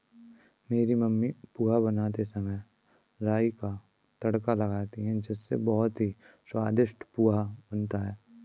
मेरी mummy poha बनाते समय राई का तड़का लगाती हैं इससे बहुत ही स्वादिष्ट पोहा बनता है